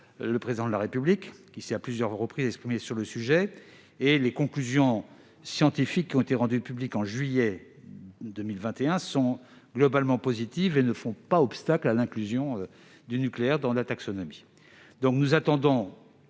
le Président de la République, qui s'est à plusieurs reprises exprimé sur ce sujet. Les conclusions scientifiques qui ont été rendues publiques en juillet 2021 sont globalement positives et ne font pas obstacle à l'inclusion du nucléaire dans la taxonomie.